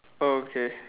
oh okay